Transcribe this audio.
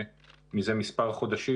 ומזה מספר חודשים,